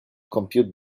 compute